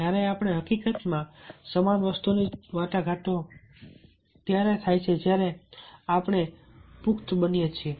જ્યારે આપણે હકીકતમાં સમાન વસ્તુની વાટાઘાટો ત્યારે થાય છે જ્યારે આપણે પુખ્ત બનીએ છીએ